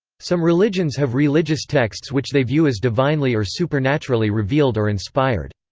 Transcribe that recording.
some religions have religious texts which they view as divinely or supernaturally revealed or inspired.